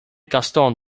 gaston